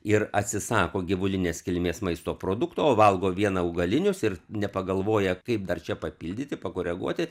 ir atsisako gyvulinės kilmės maisto produktų o valgo vien augalinius ir nepagalvoja kaip dar čia papildyti pakoreguoti